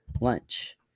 lunch